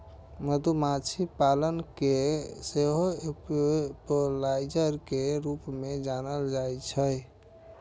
मधुमाछी पालन कें सेहो एपियोलॉजी के रूप मे जानल जाइ छै